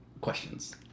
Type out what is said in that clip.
questions